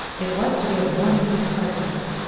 it was to be a morning of excitements.